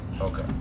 Okay